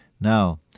Now